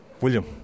William